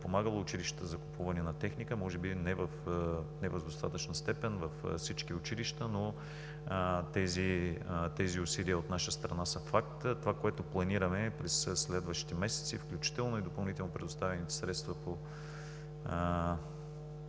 училищата за закупуването на техника, може би не в достатъчна степен във всички училища, но тези усилия от наша страна са факт. Това, което планираме през следващите месеци, включително и допълнително предоставените средства по